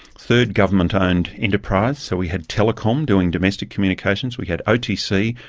third government-owned enterprise so we had telecom doing domestic communications, we had otc,